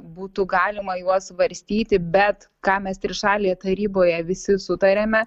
būtų galima juos svarstyti bet ką mes trišalėje taryboje visi sutarėme